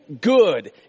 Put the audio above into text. good